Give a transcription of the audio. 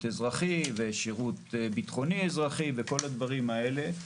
אזרחי ושירות ביטחוני-אזרחי וכל הדברים האלה.